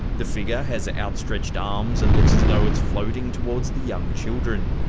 the figure has ah outstretched arms, and looks as though it's floating towards the young children.